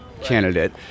candidate